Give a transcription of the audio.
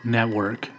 Network